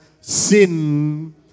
sin